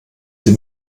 sie